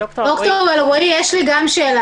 יש לי הרבה הערות,